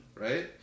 right